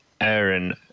Aaron